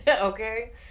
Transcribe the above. okay